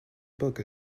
book